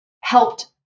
helped